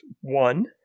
one